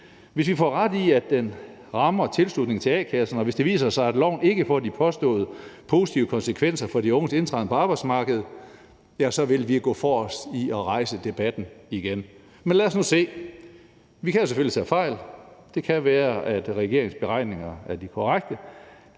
Hvis vi får ret i, at den rammer tilslutningen til a-kasserne, og hvis det viser sig, at loven ikke får de påståede positive konsekvenser for de unges indtræden på arbejdsmarkedet, så vil vi gå forrest i at rejse debatten igen. Men lad os nu se. Vi kan jo selvfølgelig tage fejl. Det kan være, at regeringens beregninger er de korrekte.